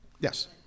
Yes